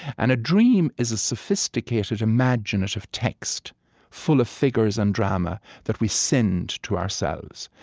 and a dream is a sophisticated, imaginative text full of figures and drama that we send to ourselves.